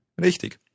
Richtig